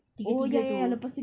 tiga tiga tu